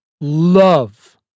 love